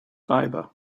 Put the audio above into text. fibre